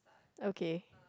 okay